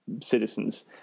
citizens